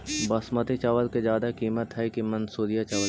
बासमती चावल के ज्यादा किमत है कि मनसुरिया चावल के?